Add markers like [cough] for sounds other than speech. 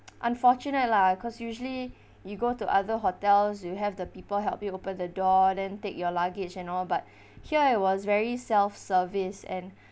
[noise] unfortunate lah cause usually you go to other hotels you have the people help you open the door then take your luggage and all but [breath] here it was very self service and